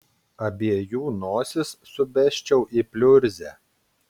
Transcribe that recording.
abiejų nosis subesčiau į pliurzę